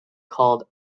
called